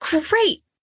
Great